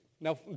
Now